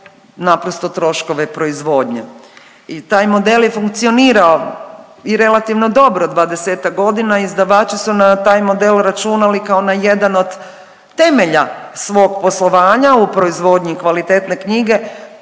naprosto troškove proizvodnje. I taj model je funkcionirao i relativno dobro 20-ak godina. Izdavači su na taj model računali kao na jedan od temelja svog poslovanja u proizvodnji kvalitetne knjige,